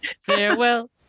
farewell